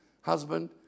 husband